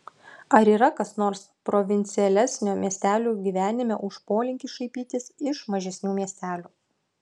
ar yra kas nors provincialesnio miestelių gyvenime už polinkį šaipytis iš mažesnių miestelių